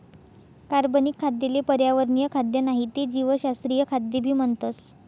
कार्बनिक खाद्य ले पर्यावरणीय खाद्य नाही ते जीवशास्त्रीय खाद्य भी म्हणतस